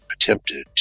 attempted